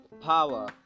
power